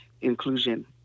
inclusion